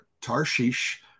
Tarshish